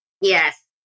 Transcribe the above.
Yes